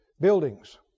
buildings